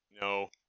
No